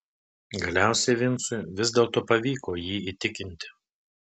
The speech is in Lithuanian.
galiausiai vincui vis dėlto pavyko jį įtikinti